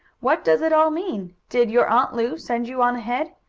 what does it all mean? did your aunt lu send you on ahead?